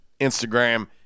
Instagram